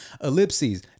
Ellipses